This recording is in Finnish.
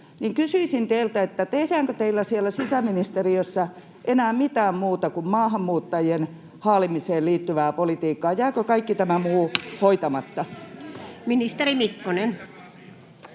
Kysyisin teiltä: tehdäänkö teillä siellä sisäministeriössä enää mitään muuta kuin maahanmuuttajien haalimiseen liittyvää politiikkaa? Jääkö kaikki tämä muu hoitamatta? [Eduskunnasta: